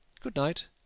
Good-night